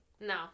No